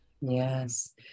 Yes